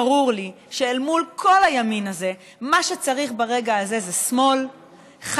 ברור לי שאל מול כל הימין הזה מה שצריך ברגע הזה זה שמאל חד,